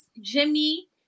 Jimmy